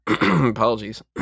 Apologies